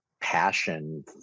passion